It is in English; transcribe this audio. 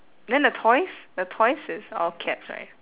then the toys the toys is all caps right